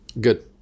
Good